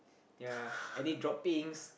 ya any droppings